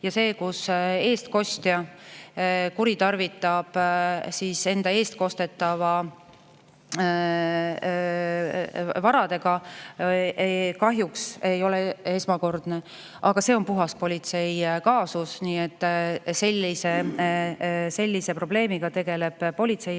et see, kui eestkostja kuritarvitab eestkostetava vara, kahjuks ei ole esmakordne. Aga see on puhas politsei kaasus. Niisuguse probleemiga tegeleb politsei,